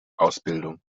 ausbildung